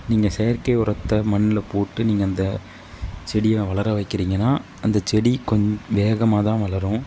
நீங்கள் செயற்கை உரத்தை மண்ணில் போட்டு நீங்கள் அந்த செடியை வளர வைக்கிறிங்கன்னா அந்த செடி கொஞ்ச வேகமாகத்தான் வளரும்